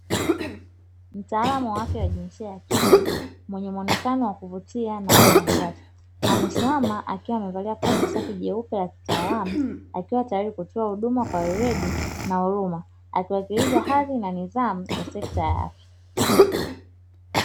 Mtaalamu wa afya ya jinsia ya kike, mwenye mwonekano wa kuvutia na mtanashati, amesimama akiwa amevalia kote safi jeupe la kitaalamu, akiwa tayari kutoa huduma kwa weledi na huruma, akiwakilisha kazi na nidhamu ya sekta yake.